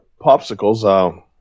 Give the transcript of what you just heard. popsicles